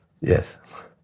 Yes